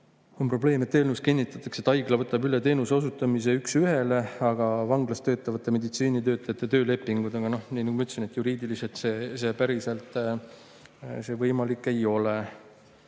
oli probleem, et eelnõus kinnitatakse, et haigla võtab üle teenuse osutamise üks ühele, ka vanglas töötavate meditsiinitöötajate töölepingud. Aga nii nagu ma ütlesin, juriidiliselt see päriselt võimalik ei ole.